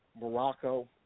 Morocco